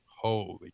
Holy